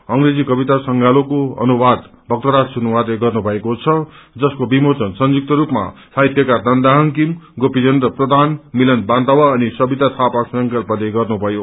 अंग्रेजी कतवता संगालोको अनुवाद भक्तराज सुनवारले गर्नुभएको छ जसको विमोचन संयुक्त स्रपमा साहित्यकार नन्द हांगखिम गोपी चन्द प्रधान मिलन वान्तवा अनि सविता थापा संकल्पते गर्नुभयो